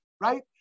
right